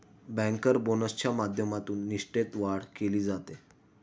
banker बोनसच्या माध्यमातून निष्ठेत वाढ केली जाते